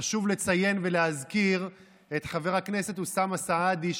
חשוב לציין ולהזכיר את חבר הכנסת אוסאמה סעדי,